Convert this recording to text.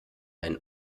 ein